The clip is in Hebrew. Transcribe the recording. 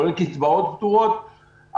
כולל קצבאות פטורות,